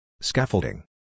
Scaffolding